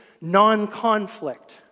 non-conflict